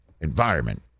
environment